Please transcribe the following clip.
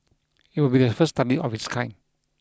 it will be the first study of its kind